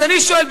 אז אני שואל,